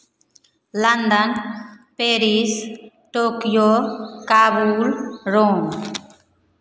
London Paris Tokyo Kabul Rome